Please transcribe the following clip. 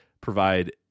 provide